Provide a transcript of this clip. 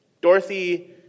Dorothy